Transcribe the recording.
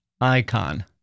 icon